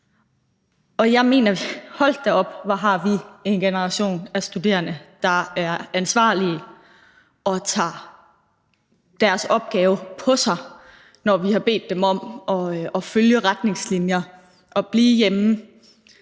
efterhånden. Og hold da op, hvor har vi en generation af studerende, der er ansvarlige og tager deres opgave på sig, når vi har bedt dem om at følge retningslinjer og blive hjemme